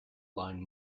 line